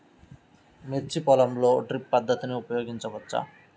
మిర్చి పొలంలో డ్రిప్ పద్ధతిని ఉపయోగించవచ్చా?